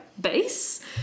base